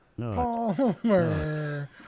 Palmer